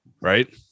right